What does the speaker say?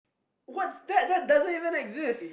what that that doesn't even exist